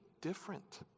different